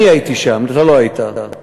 אני הייתי שם, אתה לא היית.